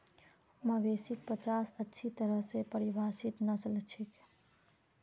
मवेशिक पचास अच्छी तरह स परिभाषित नस्ल छिके